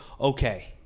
okay